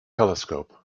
telescope